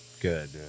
Good